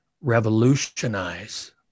revolutionize